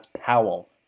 Powell